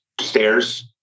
Stairs